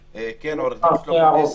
------ כן, עורך דין שלמה נס,